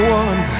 one